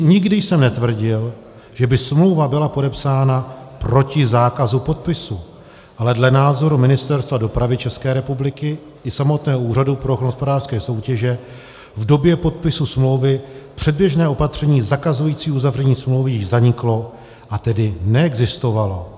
Nikdy jsem netvrdil, že by smlouva byla podepsána proti zákazu podpisu, ale dle názoru Ministerstva dopravy České republiky i samotného Úřadu pro ochranu hospodářské soutěže v době podpisu smlouvy předběžné opatření zakazující uzavření smlouvy již zaniklo, a tedy neexistovalo.